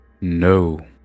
No